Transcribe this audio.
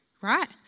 right